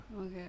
okay